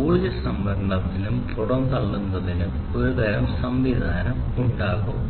ഊർജ്ജ സംഭരണത്തിനും പുറംതള്ളുന്നതിനും ഒരുതരം സംവിധാനം ഉണ്ടാകും